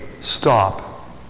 stop